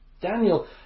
Daniel